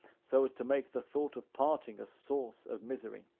so as to make the thought of parting a source of misery.